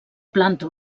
planta